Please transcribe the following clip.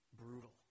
brutal